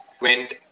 went